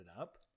up